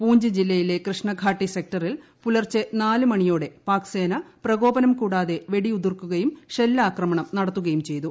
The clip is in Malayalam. പൂഞ്ച് ജില്ലയിലെ കൃഷ്ണ ഘാട്ടി സെക്ടറിൽ പുലർച്ചെ നാല് മണിയോടെ പാക്സേന പ്രക്യോപിനം കൂടാതെ വെടി ഉതിർക്കുകയും ഷെല്ലാക്രമണം നൂട്ത്തുക്യും ചെയ്തു